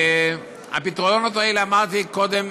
והפתרונות האלה, אמרתי קודם